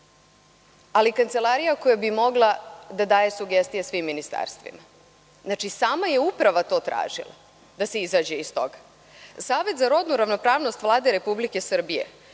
ali kancelariju koja bi mogla da daje sugestije svim ministarstvima. Znači, sama je uprava to tražila, da se izađe iz toga. Savet za rodnu ravnopravnost Vlade Republike Srbije